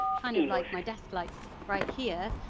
kind of like my desk lights right here,